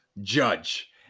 judge